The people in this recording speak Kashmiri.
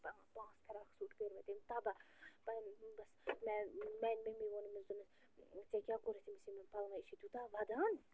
پا پانٛژھ فِراکھ سوٗٹ کٔرۍ مےٚ تٔمۍ تَباہ پَتہٕ بَس میٛانہِ مٔمی ووٚن أمِس دوٚپنَس ژےٚ کیٛاہ کوٚرُتھ أمِس یِمَن پَلوَن یہِ چھُ تیٛوٗتاہ ودان